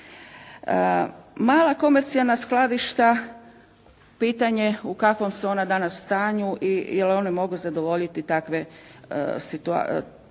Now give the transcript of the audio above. Mala komercijalna skladišta, pitanje u kakvom su ona danas stanju i je li one mogu zadovoljiti takve, takvu